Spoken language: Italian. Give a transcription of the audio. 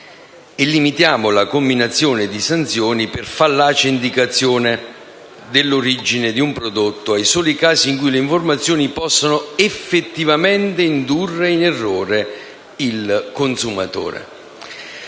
e limitiamo la comminazione di sanzioni per fallace indicazione dell'origine di un prodotto ai soli casi in cui le informazioni possono effettivamente indurre in errore il consumatore.